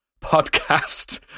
podcast